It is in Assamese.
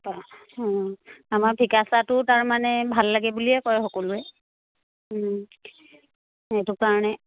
আমাৰ ফিকা চাহটোও তাৰমানে ভাল লাগে বুলিয়ে কয় সকলোৱে সেইটো কাৰণে